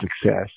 success